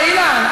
אילן,